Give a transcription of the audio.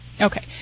Okay